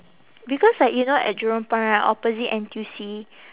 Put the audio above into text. because like you know at jurong point right opposite N_T_U_C